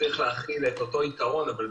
כך צריך להחיל את אותו עיקרון גם עלינו,